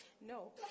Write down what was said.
no